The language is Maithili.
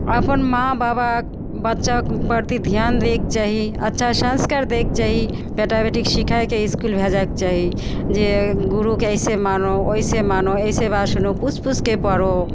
अपन माँ बाबा बच्चाके उपर भी धिआन दैके चाही अच्छा सँस्कार दैके चाही बेटा बेटीके सिखैके इसकुल भेजैके चाही जे गुरुके ऐसे मानो वैसे मानो ऐसे बात सुनो पूछ पूछके पढ़ो